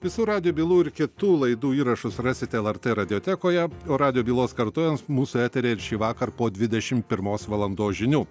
visų radijo bylų ir kitų laidų įrašus rasite lrt radijotekoje o radijo bylos kartojamas mūsų eteryje ir šįvakar po dvidešim pirmos valandos žinių